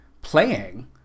playing